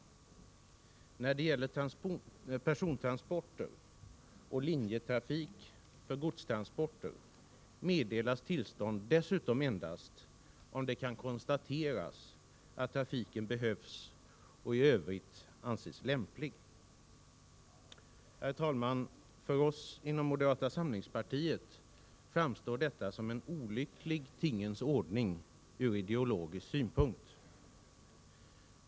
När det gäller persontransporter och linjetrafik för godstransporter meddelas tillstånd dessutom endast om det kan konstateras att trafiken behövs och i övrigt anses lämplig. Herr talman! För oss inom moderata samlingspartiet framstår detta som en olycklig tingens ordning ur ideologisk synpunkt.